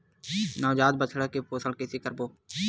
नवजात बछड़ा के पोषण कइसे करबो?